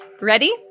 Ready